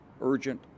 urgent